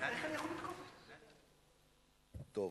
טוב.